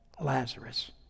Lazarus